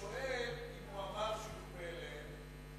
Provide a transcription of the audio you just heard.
הוא שואל אם הוא אמר שהוא יכפה עליהם.